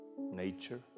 nature